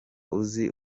uzi